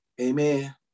Amen